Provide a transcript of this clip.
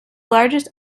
largest